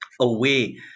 away